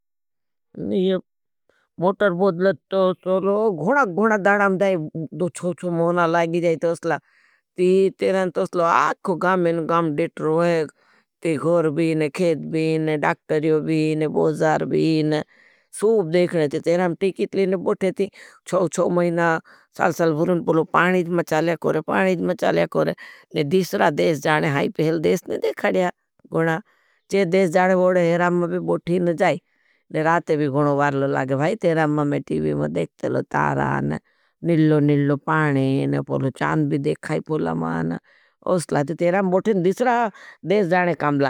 लाइट नी मोसिन को वाये, आपनो आक्टे कोड़ा ताती कोड़ जेवु लड़। धाल, खाने वाला आवे तो त्यार सेल लाई जाएती। बाकिन ये मोसिन कोड़ी, वो सुपी लिकल लगाड़ देने ने। धाल ये मूझे छाने के लिए अप्पुर्वाली जब तांगण करते थे भरेए देखा ने। जब आपका चुलो कोड़ नी दो पाड़ना पाड़ना करते हैं, तो क्य विकला आवे ईंदर वेगलान तोपलान तोपलेन थे। तेरा में किन में देने थी बोला होई जाएता तोने खाई लेने चलाइट को दुचाले।